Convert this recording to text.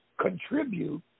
contribute